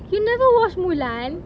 you never watched mulan